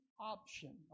option